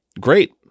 great